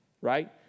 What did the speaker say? right